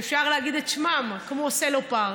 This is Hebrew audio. שאפשר להגיד את שמן, כמו סלופארק,